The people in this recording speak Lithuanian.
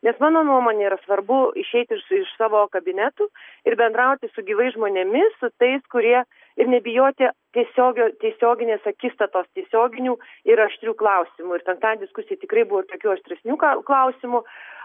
nes mano nuomone yra svarbu išeiti iš iš savo kabinetų ir bendrauti su gyvais žmonėmis su tais kurie ir nebijoti tiesiogio tiesioginės akistatos tiesioginių ir aštrių klausimų ir penktadienį diskusijoj tikrai buvo ir tokių aštresnių ka klausimų